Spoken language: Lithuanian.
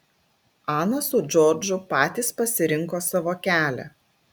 ana su džordžu patys pasirinko savo kelią